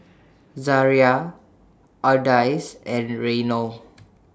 Zariah Ardyce and Reynold